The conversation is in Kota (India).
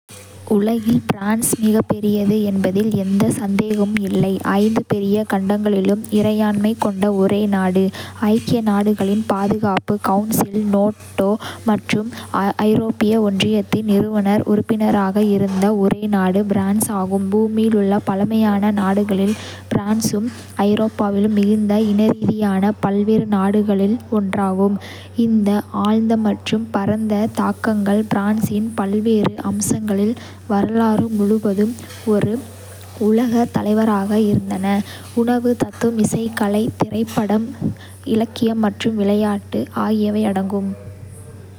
உலகில் பிரான்ஸ் மிகப்பெரியது என்பதில் எந்த சந்தேகமும் இல்லை. ஐந்து பெரிய கண்டங்களிலும் இறையாண்மை கொண்ட ஒரே நாடு, ஐக்கிய நாடுகளின் பாதுகாப்பு கவுன்சில், நேட்டோ மற்றும் ஐரோப்பிய ஒன்றியத்தின் நிறுவனர்-உறுப்பினராக இருந்த ஒரே நாடு பிரான்ஸ் ஆகும். பூமியில் உள்ள பழமையான நாடுகளில் பிரான்சும் ஐரோப்பாவிலும் மிகுந்த இனரீதியான பல்வேறு நாடுகளில் ஒன்றாகும். இந்த ஆழ்ந்த மற்றும் பரந்த தாக்கங்கள் பிரான்ஸின் பல்வேறு அம்சங்களில் வரலாறு முழுவதும் ஒரு உலகத் தலைவராக இருந்தன, உணவு, தத்துவம், இசை, கலை, திரைப்படம், இலக்கியம் மற்றும் விளையாட்டு ஆகியவை அடங்கும்.